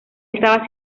estaba